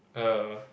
err